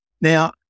Now